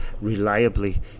reliably